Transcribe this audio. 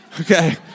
okay